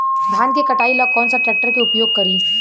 धान के कटाई ला कौन सा ट्रैक्टर के उपयोग करी?